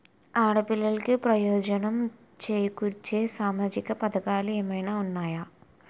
ఆడపిల్లలకు ప్రయోజనం చేకూర్చే సామాజిక పథకాలు ఏమైనా ఉన్నాయా?